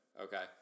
Okay